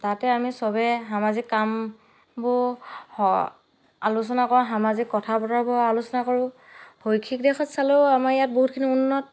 তাতে আমি চবে সামাজিক কামবোৰ আলোচনা কৰোঁ সামাজিক কথা বতৰাবোৰৰ আলোচনা কৰোঁ শৈক্ষিক দিশত চালেও আমাৰ ইয়াত বহুতখিনি উন্নত